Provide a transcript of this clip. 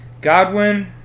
Godwin